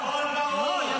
הכול ורוד.